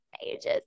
pages